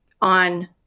on